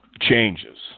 changes